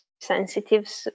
sensitive